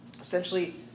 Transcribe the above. Essentially